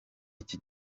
iki